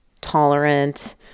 tolerant